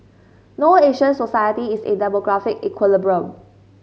no Asian society is in demographic equilibrium